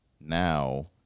now